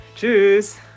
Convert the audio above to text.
Tschüss